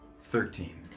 Thirteen